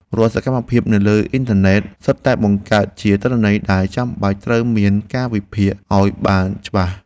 រាល់សកម្មភាពនៅលើអ៊ិនធឺណិតសុទ្ធតែបង្កើតជាទិន្នន័យដែលចាំបាច់ត្រូវមានការវិភាគឱ្យបានច្បាស់។